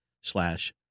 slash